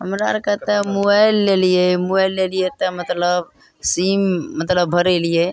हमरा आरके तऽ मोबाइल लेलियै मोबाइल लेलियै तऽ मतलब सीम मतलब भरैलियै